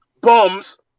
bums